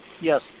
Yes